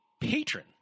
patron